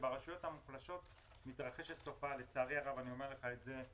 שברשויות המוחלשות מתרחשת תופעה לצערי הרב אני אומר לך את זה,